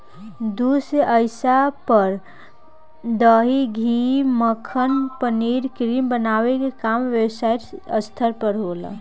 दूध से ऐइजा पर दही, घीव, मक्खन, पनीर, क्रीम बनावे के काम व्यवसायिक स्तर पर होला